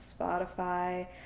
Spotify